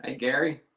ah gary.